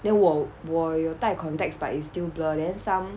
then 我我有带 contacts but it's still blur then some